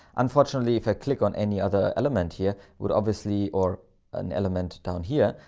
unfortunately, if i click on any other element here would obviously or an element down here,